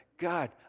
God